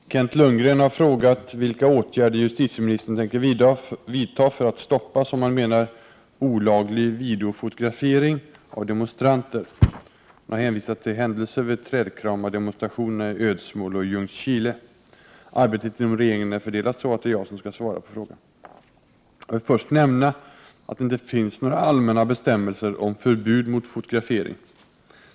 Herr talman! Kent Lundgren har frågat vilka åtgärder justitieministern tänker vidta för att stoppa, som han menar, olaglig videofotografering av demonstranter. Han har hänvisat till händelser vid trädkramardemonstrationerna i Ödsmål och i Ljungskile. Arbetet inom regeringen är fördelat så, att det är jag som skall svara på frågan. Jag vill först nämna att det inte finns några allmänna bestämmelser om förbud mot fotografering.